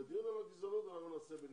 את הדיון על הגזענות אנחנו נעשה בנפרד.